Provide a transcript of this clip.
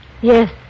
Yes